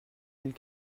mille